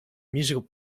musical